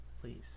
please